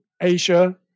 Asia